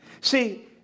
See